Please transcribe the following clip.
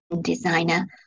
designer